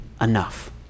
enough